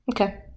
Okay